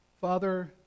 Father